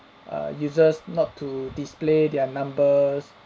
err users not to display their numbers